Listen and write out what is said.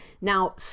Now